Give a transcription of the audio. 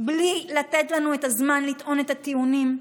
בלי לתת לנו את הזמן לטעון את הטיעונים,